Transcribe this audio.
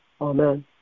Amen